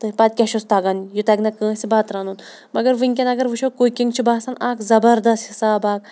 تہٕ پَتہٕ کیٛاہ چھُس تَگان یہِ تَگہِ نا کٲنٛسہِ بَتہٕ رَنُن مگر وٕنۍکٮ۪ن اگر وٕچھو کُکِنٛگ چھِ باسان اَکھ زبردس حِساب اَکھ